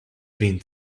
wind